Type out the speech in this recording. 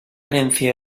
herencia